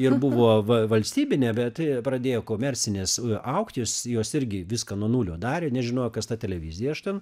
ir buvo va valstybinė bet pradėjo komercinės augt jos jos irgi viską nuo nulio darė nežinojo kas ta televizija aš ten